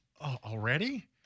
already